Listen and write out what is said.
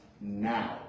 now